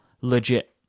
legit